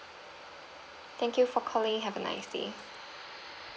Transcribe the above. thank you for calling have a nice day